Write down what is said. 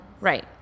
right